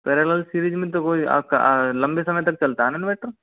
parallel series में तो वही आपका लंबे समय तक चलता है ना इन्वर्टर